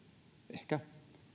ehkä